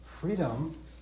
Freedom